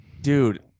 dude